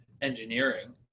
engineering